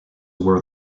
were